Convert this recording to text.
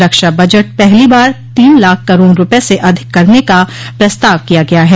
रक्षा budget पहली बार तीन लाख करोड़ रूपये से अधिक करने का प्रस्ताव किया गया है